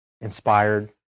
inspired